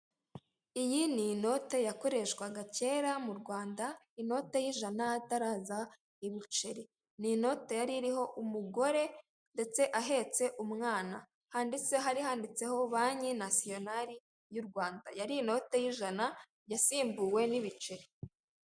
Iyi ni inote yakoreshwaga kera mu Rwanda inote y'ijana hataraza ibiceri. Ni inote yari iriho umugore ndetse ahetse umwana, hari handitseho banki nasiyonali y'u Rwanda yari inote y'ijana yasimbuwe n'ibiceri.